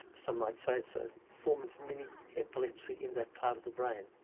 some might say it's a form of mini epilepsy in that part of the brain.